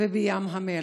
ובים המלח.